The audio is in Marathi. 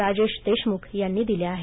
राजेश देशमुख यांनी दिले आहेत